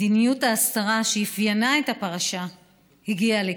מדיניות ההסתרה שאפיינה את הפרשה הגיעה לקיצה.